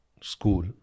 school